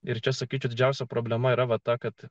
ir čia sakyčiau didžiausia problema yra ta kad